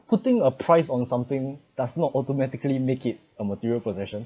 putting a price on something does not automatically make it a material possession